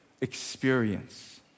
experience